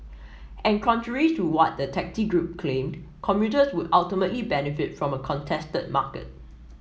and contrary to what the taxi group claimed commuters would ultimately benefit from a contested market